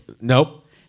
Nope